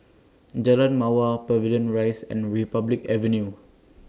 Jalan Mawar Pavilion Rise and Republic Avenue